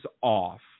off